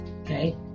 okay